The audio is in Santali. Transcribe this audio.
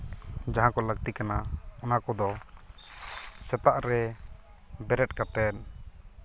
ᱡᱟᱦᱟᱸ ᱠᱚ ᱞᱟᱹᱠᱛᱤ ᱠᱟᱱᱟ ᱚᱱᱟ ᱠᱚᱫᱚ ᱥᱮᱛᱟᱜ ᱨᱮ ᱵᱮᱨᱮᱫ ᱠᱟᱛᱮᱫ